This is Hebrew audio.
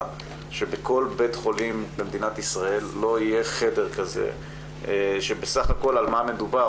שבכל בית חולים במדינת ישראל לא היה חדר כזה שבסף הכל על מה מדובר,